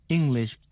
English